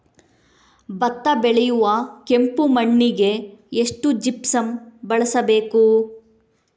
ಭತ್ತ ಬೆಳೆಯುವ ಕೆಂಪು ಮಣ್ಣಿಗೆ ಎಷ್ಟು ಜಿಪ್ಸಮ್ ಬಳಸಬೇಕು?